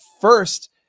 first